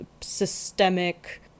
systemic